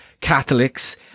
Catholics